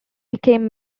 became